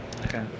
Okay